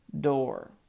door